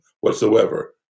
whatsoever